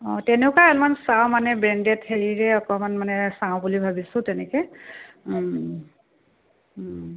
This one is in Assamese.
অঁ তেনেকুৱা অলপমান চাওঁ মানে ব্ৰেণ্ডেড হেৰিৰে অকণমান মানে চাওঁ বুলি ভাবিছোঁ তেনেকৈ